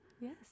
Yes